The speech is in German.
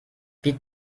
wie